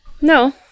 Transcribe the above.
No